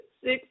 six